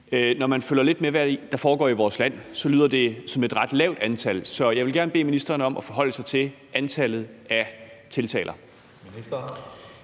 når man følger lidt med i, hvad der foregår i vores land, lyder det som et ret lavt antal. Så jeg vil gerne bede ministeren om at forholde sig til antallet af tiltaler.